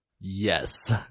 Yes